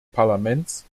parlaments